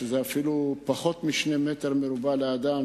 שזה אפילו פחות משני מ"ר לאדם,